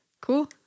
Cool